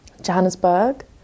Johannesburg